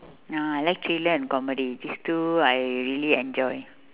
ah I like thriller and comedy these two I really enjoy